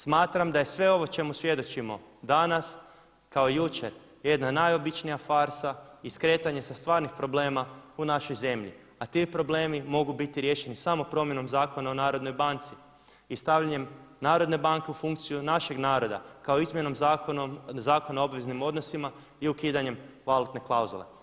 Smatram da je sve ovo čemu svjedočimo danas kao i jučer jedna najobičnija farsa i skretanje sa stvarnih problema u našoj zemlji, a ti problemi mogu biti riješeni samo promjenom Zakona o Narodnoj banci i stavljanjem Narodne banke u funkciju našeg naroda kao izmjenom Zakona o obveznim odnosima i ukidanjem valutne klauzule.